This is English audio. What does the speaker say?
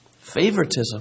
favoritism